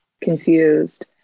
confused